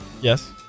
Yes